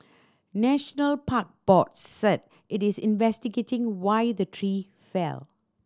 National Parks Board said it is investigating why the tree fell